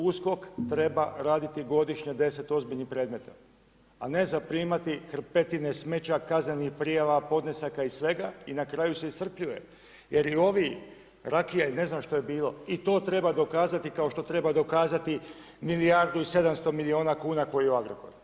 USKOK treba raditi godišnje 10 ozbiljnih predmeta, a ne zaprimati hrpetine smeća, kaznenih prijava, podnesaka i svega i na kraju se iscrpljuje jer i ovi rakija i ne znam što je bilo i to treba dokazati kao što treba dokazati milijardu i 700 miliona kuna ko i u Agrokoru.